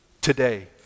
today